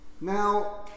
Now